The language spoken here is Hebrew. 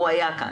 הוא היה כאן.